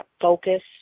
focus